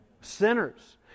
Sinners